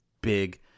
big